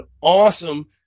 awesome